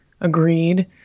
agreed